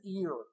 ear